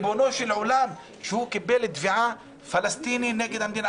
ריבונו של עולם הוא קיבל תביעה של פלסטיני נגד המדינה.